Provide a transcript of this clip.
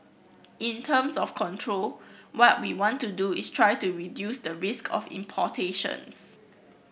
in terms of control what we want to do is try to reduce the risk of importations